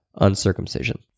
uncircumcision